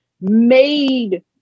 made